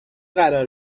قرار